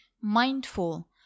mindful